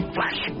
Flash